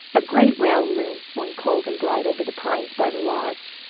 a great round moon swung cold and bright over the pines by the lodge.